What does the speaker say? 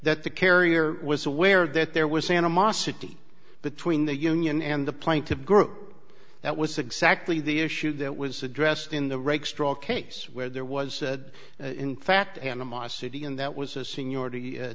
that the carrier was aware that there was animosity between the union and the plaintiff group that was exactly the issue that was addressed in the reg straw case where there was in fact animosity and that was a seniority